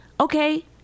Okay